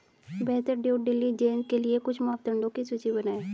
बेहतर due diligence के लिए कुछ मापदंडों की सूची बनाएं?